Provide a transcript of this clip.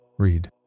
Read